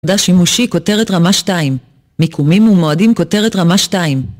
דה שימושי כותרת רמה 2 מקומים ומועדים כותרת רמה 2